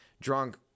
drunk